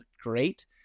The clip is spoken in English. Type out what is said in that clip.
great